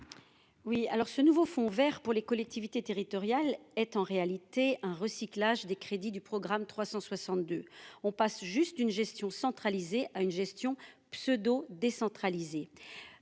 Oui alors ce nouveau fonds ouvert pour les collectivités territoriales, est en réalité un recyclage des crédits du programme 362 on passe juste une gestion centralisée à une gestion pseudo décentralisé